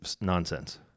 nonsense